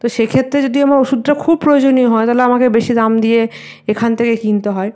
তো সেক্ষেত্রে যদি আমার ওষুধটা খুব প্রয়োজনীয় হয় তাহলে আমাকে বেশি দাম দিয়ে এখান থেকে কিনতে হয়